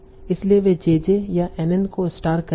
इसलिए वे JJ या NN को स्टार कह रहे हैं